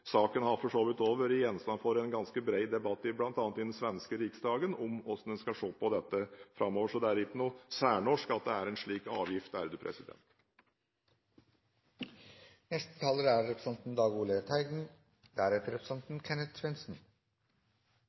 saken har for så vidt også vært gjenstand for en ganske bred debatt bl.a. i den svenske riksdagen om hvordan en skal se på dette framover. Så det er ikke noe særnorsk at det er en slik avgift.